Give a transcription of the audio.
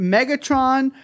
Megatron